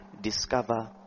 discover